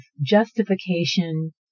justification